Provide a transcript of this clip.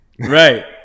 Right